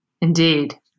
Indeed